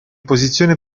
posizione